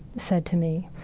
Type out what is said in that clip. said to me,